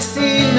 see